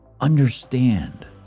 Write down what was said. understand